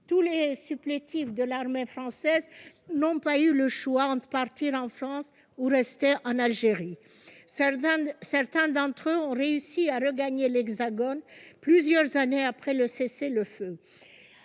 Tous les supplétifs de l'armée française n'ont pas eu le choix entre partir en France ou rester en Algérie. Certains d'entre eux ont réussi à gagner l'Hexagone plusieurs années après le cessez-le-feu